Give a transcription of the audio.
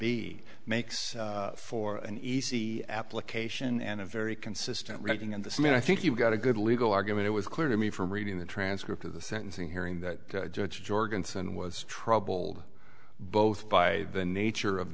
b makes for an easy application and a very consistent reading of this mean i think you've got a good legal argument it was clear to me from reading the transcript of the sentencing hearing that judge jorgensen was troubled both by the nature of